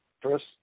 first